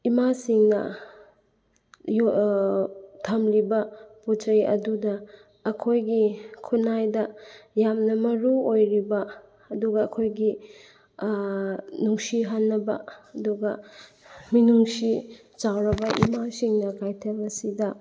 ꯏꯃꯥꯁꯤꯡꯅ ꯊꯝꯂꯤꯕ ꯄꯣꯠ ꯆꯩ ꯑꯗꯨꯗ ꯑꯩꯈꯣꯏꯒꯤ ꯈꯨꯟꯅꯥꯏꯗ ꯌꯥꯝꯅ ꯃꯔꯨꯑꯣꯏꯔꯤꯕ ꯑꯗꯨꯒ ꯑꯩꯈꯣꯏꯒꯤ ꯅꯨꯡꯁꯤꯍꯟꯅꯕ ꯑꯗꯨꯒ ꯃꯤꯅꯨꯡꯁꯤ ꯆꯥꯎꯔꯕ ꯏꯃꯥꯁꯤꯡꯅ ꯀꯩꯊꯦꯜ ꯑꯁꯤꯗ